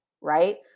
right